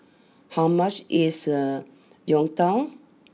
how much is Youtiao